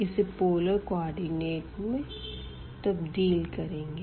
इसे polar coordinate में तब्दील करेंगे